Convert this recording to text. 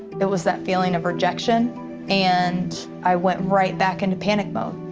it was that feeling of rejection and i went right back into panic mode.